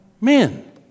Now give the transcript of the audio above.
men